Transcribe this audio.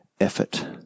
effort